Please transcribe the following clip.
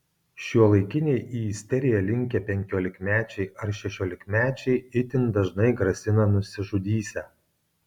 šiuolaikiniai į isteriją linkę penkiolikmečiai ar šešiolikmečiai itin dažnai grasina nusižudysią